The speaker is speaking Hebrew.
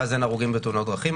ואז אין הרוגים בתאונות דרכים,